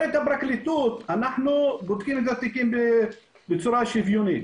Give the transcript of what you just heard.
אומרת הפרקליטות: אנחנו בודקים את התיקים בצורה שוויונית.